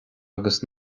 agus